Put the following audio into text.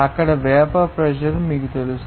అక్కడ vapour pressure మీకు తెలుసు